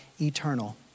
eternal